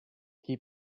keep